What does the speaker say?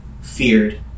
feared